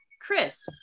Chris